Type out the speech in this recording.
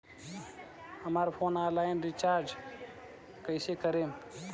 हमार phone online recharge कईसे करेम?